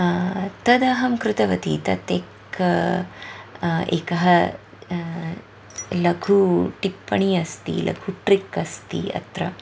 तदहं कृतवती तत् एकं एकः लघु टिप्पणि अस्ति लघु ट्रिक् अस्ति अत्र